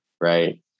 right